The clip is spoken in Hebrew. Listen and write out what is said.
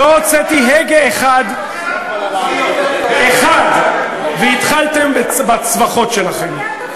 לא הוצאתי הגה אחד, אחד, והתחלתם בצווחות שלכם.